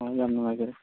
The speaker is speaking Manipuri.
ꯍꯣꯏ ꯌꯥꯝ ꯅꯨꯉꯥꯏꯖꯔꯦ